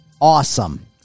Awesome